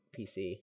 PC